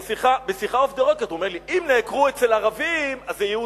בשיחה "אוף-דה-רקורד" הוא אומר לי: אם נעקרו אצל ערבים אז זה יהודים,